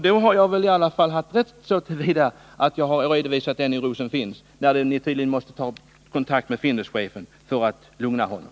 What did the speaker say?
Då har jag väl i alla fall haft rätt så till vida att jag har redovisat den oro som finns — eftersom ni måste ta kontakt med Finduschefen för att lugna honom.